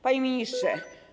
Panie Ministrze!